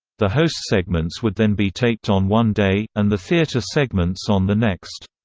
the host segments would then be taped on one day, and the theater segments on the next.